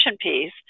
piece